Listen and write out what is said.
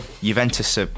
Juventus